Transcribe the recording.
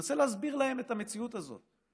נסה להסביר להם את המציאות הזאת,